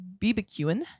BBQing